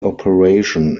operation